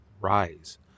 rise